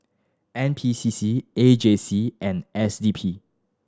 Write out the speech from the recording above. N P C C A J C and S D P